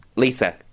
Lisa